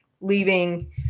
leaving